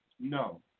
No